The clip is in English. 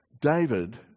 David